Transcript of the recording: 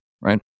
right